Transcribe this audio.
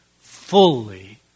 fully